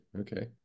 Okay